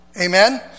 Amen